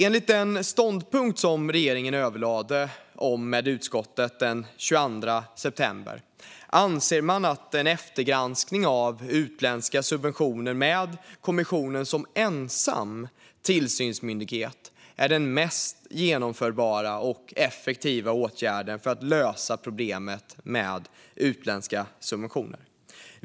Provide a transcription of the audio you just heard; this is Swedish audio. Enligt den ståndpunkt som regeringen överlade med utskottet om den 22 september anser man att en eftergranskning av utländska subventioner med kommissionen som ensam tillsynsmyndighet är den mest genomförbara och effektiva åtgärden för att lösa problemet med utländska subventioner.